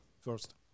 First